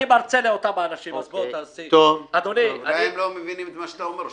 אני מרצה לאותם אנשים --- אולי הם לא מבינים את מה שאתה אומר.